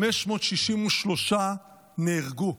563 נהרגו.